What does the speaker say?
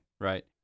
right